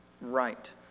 right